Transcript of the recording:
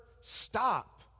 stop